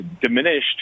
diminished